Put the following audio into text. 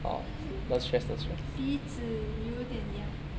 只是是鼻子有点痒